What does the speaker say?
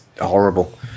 horrible